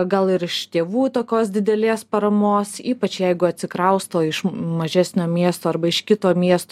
gal ir iš tėvų tokios didelės paramos ypač jeigu atsikrausto iš mažesnio miesto arba iš kito miesto